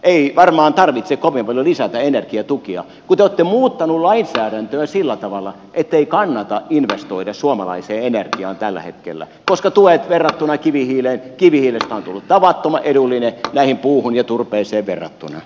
ei varmaan tarvitse kovin paljon lisätä energiatukia kun te olette muuttanut lainsäädäntöä sillä tavalla ettei kannata investoida suomalaiseen energiaan tällä hetkellä koska kivihiilestä on tullut tavattoman edullinen näihin puuhun ja turpeeseen verrattuna